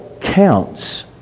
counts